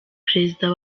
perezida